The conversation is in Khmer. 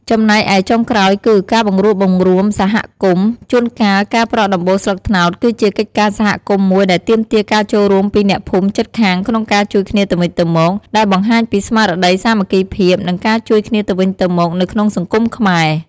ចំណែកឯ ចុងក្រោយគឺ ការបង្រួបបង្រួមសហគមន៍: ជួនកាល ការប្រក់ដំបូលស្លឹកត្នោត គឺជាកិច្ចការសហគមន៍មួយដែលទាមទារការចូលរួមពីអ្នកភូមិជិតខាងក្នុងការជួយគ្នាទៅវិញទៅមក ដែលបង្ហាញពីស្មារតីសាមគ្គីភាព និងការជួយគ្នាទៅវិញទៅមកនៅក្នុងសង្គមខ្មែរ។